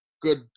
Good